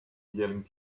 yelling